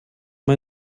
man